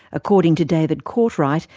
according to david courtwright,